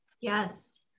yes